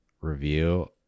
review